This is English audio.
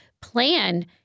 plan